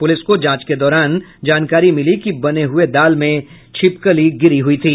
police को जांच के दौरान जानकारी मिली कि बने हुये दाल में छिपकली गिरी हुयी थी